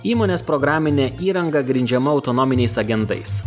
įmonės programinė įranga grindžiama autonominiais agentais